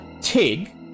Tig